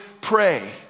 pray